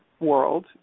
world